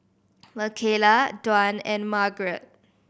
Mikaela Dwan and Margret